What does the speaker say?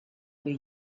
you